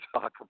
talk